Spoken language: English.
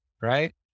right